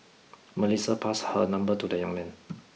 Melissa passed her number to the young man